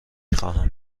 خواهم